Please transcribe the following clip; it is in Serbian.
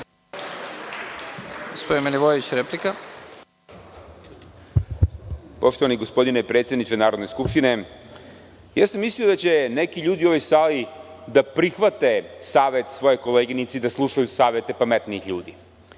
**Srđan Milivojević** Poštovani gospodine predsedniče Narodne skupštine, ja sam mislio da će neki ljudi u ovoj sali da prihvate savet svoje koleginice i da slušaju savete pametnijih ljudi.